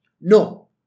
No